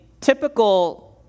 typical